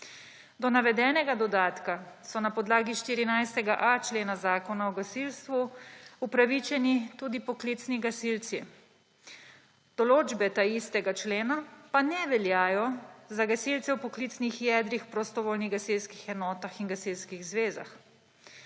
Do navedenega dodatka so na podlagi 14.a člena Zakona o gasilstvu upravičeni tudi poklicni gasilci. Določbe tega istega člena pa ne veljajo za gasilce v poklicnih jedrih prostovoljnih gasilskih enotah in gasilskih zvezah,